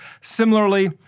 Similarly